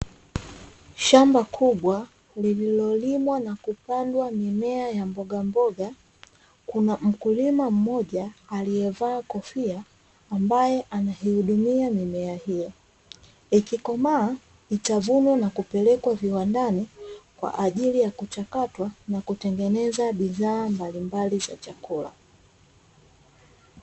Shamba kubwa lililolimwa na kupandwa mimea ya mboga mboga kuna mkulima mmoja aliyevaa kofia ambaye anaihudumia mimea hiyo; ikikomaa itavunwa na kupelekwa viwandani kwa ajili ya kuchakatwa na kutengeneza bidhaa mbalimbali za chakula.